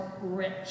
rich